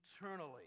eternally